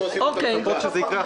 לצפות שזה יקרה עכשיו?